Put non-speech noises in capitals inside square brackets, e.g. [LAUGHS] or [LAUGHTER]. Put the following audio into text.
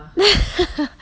[LAUGHS]